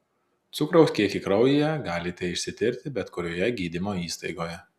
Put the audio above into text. cukraus kiekį kraujyje galite išsitirti bet kurioje gydymo įstaigoje